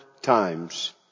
times